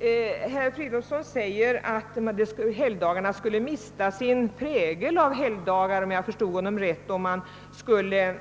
Herr Fridöolfsson säger att helgdagarna skulle mista sin prägel av helgdagar — om jag förstod honom rätt — om man skulle